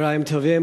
צהריים טובים,